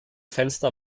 fenster